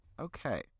okay